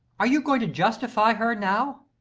are you going to justify her now?